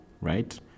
right